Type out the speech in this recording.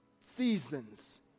seasons